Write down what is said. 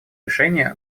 решение